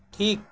ᱴᱷᱤᱠ